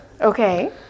Okay